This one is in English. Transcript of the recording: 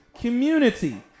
community